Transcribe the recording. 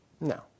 No